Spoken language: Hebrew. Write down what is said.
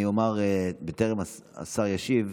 בטרם השר ישיב,